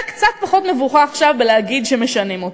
קצת פחות מבוכה עכשיו בלהגיד שמשנים אותה.